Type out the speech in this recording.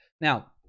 Now